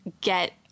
get